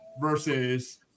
versus